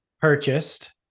purchased